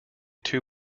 two